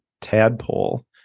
Tadpole